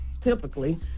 typically